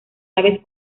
aves